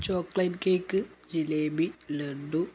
chocolate cake jalebi laddu